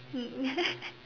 hmm